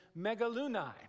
megalunai